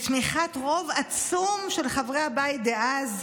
בתמיכת רוב עצום של חברי הבית דאז,